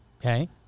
Okay